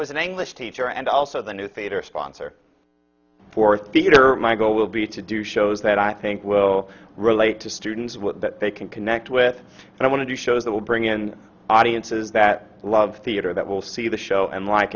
is an english teacher and also the new feature sponsor for theater my goal will be to do shows that i think will relate to students that they can connect with and i want to do shows that will bring in audiences that love theater that will see the show and like